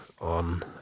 On